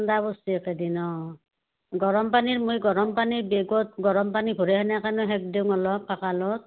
ঠাণ্ডা পৰিছে এইকেইদিন অঁ গৰমপানী মই গৰমপানী বেগত গৰমপানী ভৰাই আনি কেনে সেই দিম অলপ কঁকালত